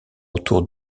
autour